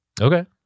Okay